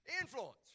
Influence